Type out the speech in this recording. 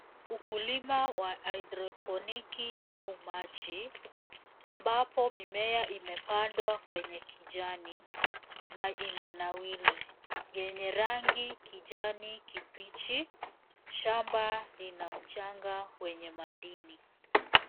Ukulima wa hydroponiki au maji, ambapo mimea imepandwa kwenye kijani na imenawiri, yenye rangi kijani kibichi, shamba lina mchanga wenye mandini.